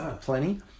plenty